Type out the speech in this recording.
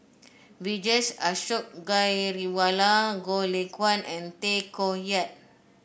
Vijesh Ashok Ghariwala Goh Lay Kuan and Tay Koh Yat